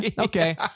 okay